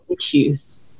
issues